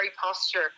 posture